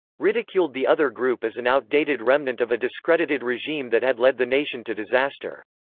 ridiculed the other group as an outdated remnant of a discredited regime that had led the nation to disaster.